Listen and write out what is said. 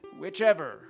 Whichever